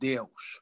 Deus